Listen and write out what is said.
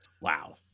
Wow